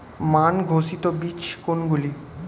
মান ঘোষিত বীজ কোনগুলি?